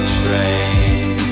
train